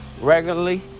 regularly